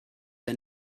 der